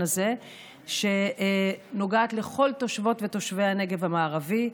הזה שנוגעת לכל תושבות ותושבי הנגב המערבי.